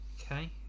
Okay